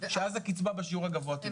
אז הקצבה בשיעור הגבוה תינתן.